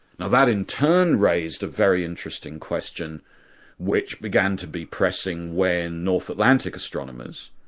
now that in turn raised a very interesting question which began to be pressing when north atlantic astronomers,